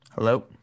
Hello